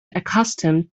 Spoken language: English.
accustomed